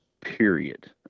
period